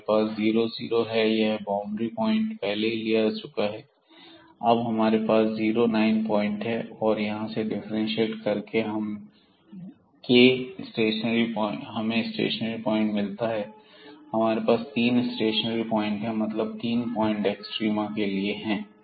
हमारे पास 00 है यह बाउंड्री पॉइंट पहले ही लिया जा चुका है अब हमारे पास 09 पॉइंट है और यहां से डिफरेंटशिएट करके हमें के स्टेशनरी प्वाइंट मिलता है तो हमारे पास 3 स्टेशनरी प्वाइंट हैं मतलब 3 पॉइंट एक्सट्रीमा के लिए हैं